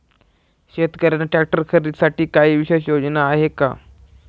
शेतकऱ्यांना ट्रॅक्टर खरीदीसाठी काही विशेष योजना आहे का?